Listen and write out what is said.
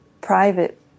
private